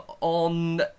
on